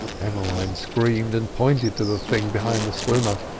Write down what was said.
emmeline screamed, and pointed to the thing behind the swimmer.